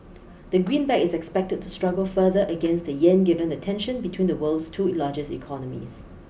the greenback is expected to struggle further against the yen given the tension between the world's two largest economies